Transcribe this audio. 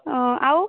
ଆଉ